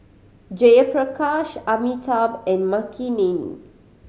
Jayaprakash Amitabh and Makineni